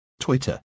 Twitter